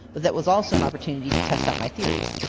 but that was also an opportunity to test out my theories.